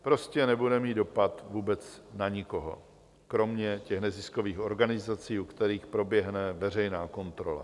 Prostě nebude mít dopad vůbec na nikoho, kromě těch neziskových organizací, u kterých proběhne veřejná kontrola.